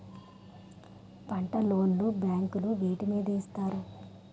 పంట లోన్ లు బ్యాంకులు వేటి మీద ఇస్తాయి?